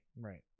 Right